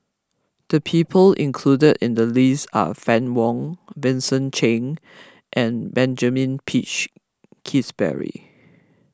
the people included in the list are Fann Wong Vincent Cheng and Benjamin Peach Keasberry